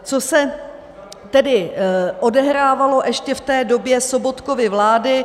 Co se tedy odehrávalo ještě v té době Sobotkovy vlády.